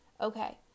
Okay